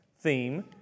theme